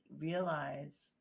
realize